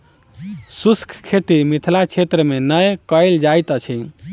शुष्क खेती मिथिला क्षेत्र मे नै कयल जाइत अछि